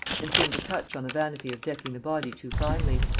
and seemed to touch on the vanity of decking the body too finely.